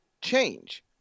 change